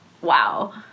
Wow